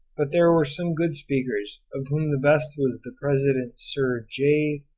but there were some good speakers, of whom the best was the present sir j.